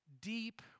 deep